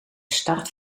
start